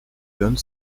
donne